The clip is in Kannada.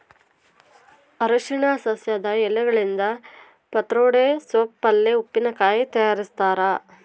ಅರಿಶಿನ ಸಸ್ಯದ ಎಲೆಗಳಿಂದ ಪತ್ರೊಡೆ ಸೋಪ್ ಪಲ್ಯೆ ಉಪ್ಪಿನಕಾಯಿ ತಯಾರಿಸ್ತಾರ